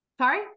Sorry